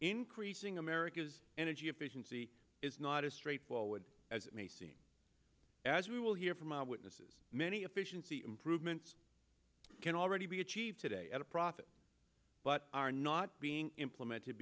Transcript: increasing america's energy efficiency is not as straightforward as it may seem as we will hear from eyewitnesses many efficiency improvements can already be achieved today at a profit but are not being implemented